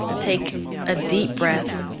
take a deep breath,